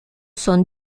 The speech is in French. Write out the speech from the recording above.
son